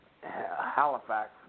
Halifax